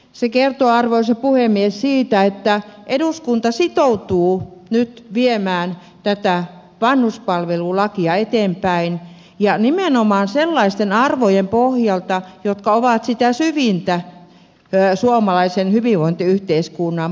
se kertoo arvoisa puhemies siitä että eduskunta sitoutuu nyt viemään tätä vanhuspalvelulakia eteenpäin ja nimenomaan sellaisten arvojen pohjalta jotka ovat sitä syvintä suomalaisen hyvinvointiyhteiskunnan pohjaa